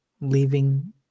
leaving